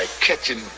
catching